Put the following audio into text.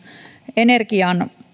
energian